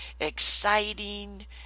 exciting